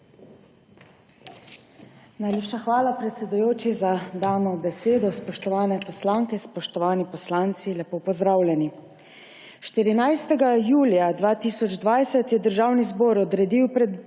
Najlepša hvala, predsedujoči, za dano besedo. Spoštovane poslanke, spoštovani poslanci, lepo pozdravljeni! 14. julija 2020 je Državni zbor odredil